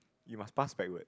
you must pass backwards